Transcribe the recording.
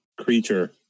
creature